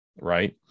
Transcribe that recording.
right